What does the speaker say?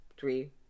three